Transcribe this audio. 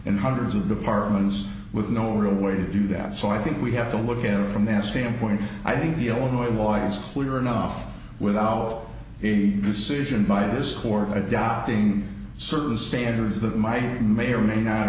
in hundreds of departments with no real way to do that so i think we have to look at it from that standpoint i think the illinois law is clear enough without all the decision by this court adopting certain standards that might may or may not